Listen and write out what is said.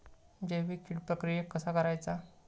जैविक कीड प्रक्रियेक कसा करायचा?